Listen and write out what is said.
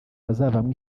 bazavamo